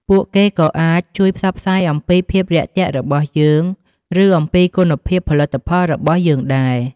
ពួកគេក៏អាចជួយផ្សព្វផ្សាយអំពីភាពរាក់ទាក់របស់យើង ឬអំពីគុណភាពផលិតផលរបស់យើងដែរ។